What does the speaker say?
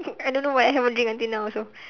I don't know why I haven't drink until now also